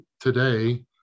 today